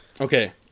okay